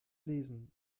lesen